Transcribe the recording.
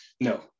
no